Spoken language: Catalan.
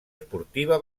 esportiva